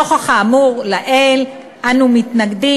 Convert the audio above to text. נוכח האמור לעיל אנו מתנגדים,